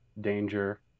danger